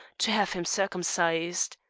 to have him circumcised.